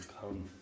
come